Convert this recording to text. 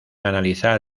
analizar